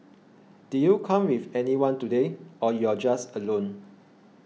did you come with anyone today or you're just alone